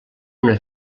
una